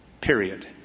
period